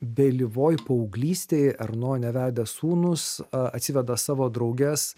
vėlyvoj paauglystėj erno nevedę sūnūs atsiveda savo drauges